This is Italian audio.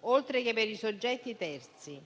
oltre che per i soggetti terzi.